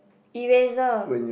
eraser